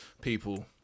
people